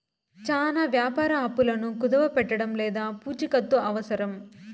చానా వ్యాపార అప్పులను కుదవపెట్టడం లేదా పూచికత్తు అవసరం